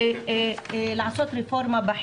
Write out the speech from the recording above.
ולעשות רפורמה.